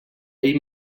ell